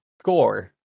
score